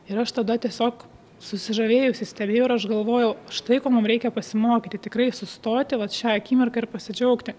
ir aš tada tiesiog susižavėjusi stebėjau ir aš galvojau štai ko mum reikia pasimokyti tikrai sustoti vat šią akimirką ir pasidžiaugti